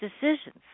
decisions